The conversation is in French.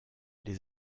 les